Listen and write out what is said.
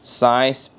size